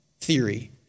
theory